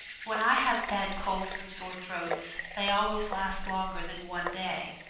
when i have bad colds and sore throats they always last longer than one day.